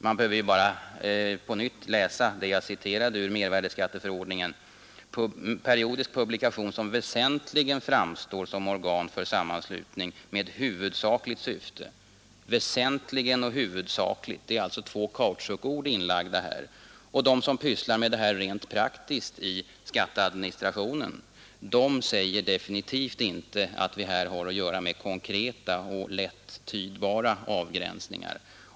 Man behöver ju bara på nytt läsa det jag citerade ur mervärdeskatteförordningen om periodisk publikation som ”väsentligen framstår som organ för sammanslutning med huvudsakligt syfte” osv. Det är alltså två kautschukord, ”väsentligen” och ”huvudsakligt” som är inlagda här. De som sysslar med detta rent praktiskt i skatteadministrationen säger definitivt inte att vi här har att göra med konkreta och lätt tydbara avgränsningar.